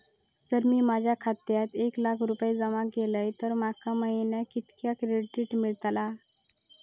जर मी माझ्या खात्यात एक लाख रुपये जमा केलय तर माका महिन्याक कितक्या क्रेडिट मेलतला?